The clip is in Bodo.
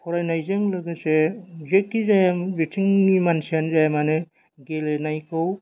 फरायनायजों लोगोसे जेखिजाया बिथिंनि मानसियानो जाया मानो गेलेनायखौ